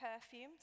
perfumes